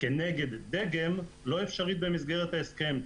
כנגד דגם לא אפשרי במסגרת ההסכם.